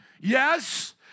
Yes